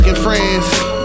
friends